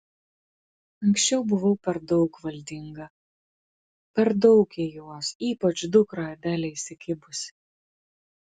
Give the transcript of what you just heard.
anksčiau buvau per daug valdinga per daug į juos ypač dukrą adelę įsikibusi